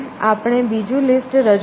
આપણે બીજું લિસ્ટ રજૂ કરીએ છીએ